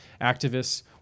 Activists